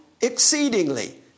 exceedingly